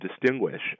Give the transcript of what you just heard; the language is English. distinguish